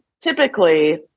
typically